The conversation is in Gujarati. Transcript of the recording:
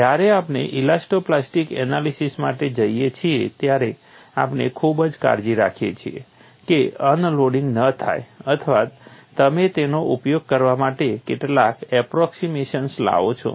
જ્યારે આપણે ઇલાસ્ટો પ્લાસ્ટિક એનાલિસીસ માટે જઈએ છીએ ત્યારે આપણે ખૂબ કાળજી રાખીએ છીએ કે અનલોડિંગ ન થાય અથવા તમે તેનો ઉપયોગ કરવા માટે કેટલાક એપ્રોક્સિમેશન્સ લાવો છો